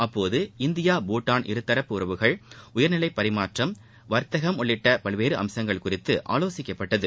அப்போது இந்தியா பூட்டான் இருதரப்பு உறவுகள் உயர்நிலை பரிமாற்றம் வர்த்தகம் உள்ளிட்ட பல்வேறு அம்சங்கள் குறித்து ஆலோசிக்கப்பட்டது